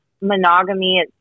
monogamy